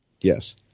Yes